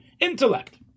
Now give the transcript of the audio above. intellect